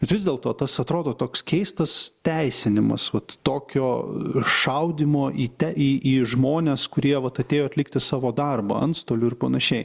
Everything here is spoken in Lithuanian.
vis dėlto tas atrodo toks keistas teisinimas vat tokio šaudymo į į į žmones kurie vat atėjo atlikti savo darbą antstolių ir panašiai